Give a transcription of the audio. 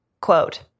Quote